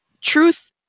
truth